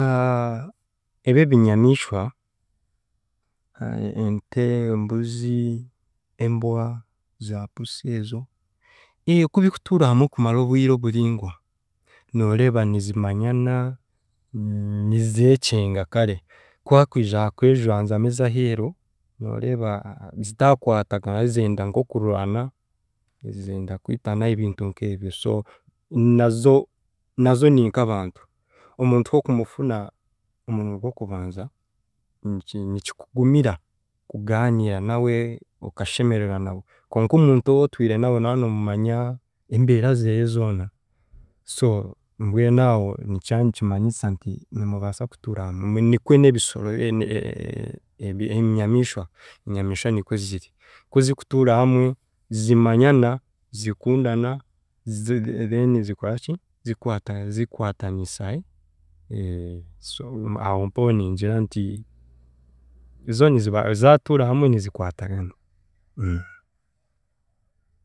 ebi- ebinyamiishwa e- ente, embuzi, embwa, za pusi ezo kubikutuura hamwe kumara obwire oburingwa, nooreeba nizimanyana nizekyenga kare, kuhakwija hakejwanzamu ez’aheeru, nooreeba zitakwatagana zenda nk'okurwana, zenda kwitana ebintu nk’ebyo so nazo nazo ni nk'abantu, omuntu kw’okumufuna omurundi gw'okubanza niki nikikugumira kugaanira nawe okashemererwa nawe, konka omuntu owootwire nawe no noomumanya embeera zeeye zoona so mbwenu aho nikiba nikimanyisa nti nimubaasa kutuura hamwe, nikwe n'ebisoro ne- e- e- e- enyamishwa, enyamishwa nikwe ziri kuzikutuura hamwe, zimanyana, zikundana, zi then zikoraki zikwatana zikwatanisa so aho mpaho ningira nti zo niziba zaatuura hamwe nizikwatagana.